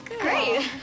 Great